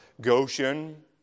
Goshen